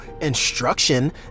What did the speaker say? instruction